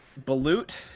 Balut